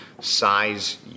size